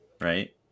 right